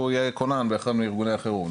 רוצה להיות כונן באחד מארגוני החירום,